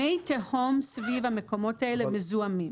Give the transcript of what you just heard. מי התהום סביב המקומות האלה מזוהמים.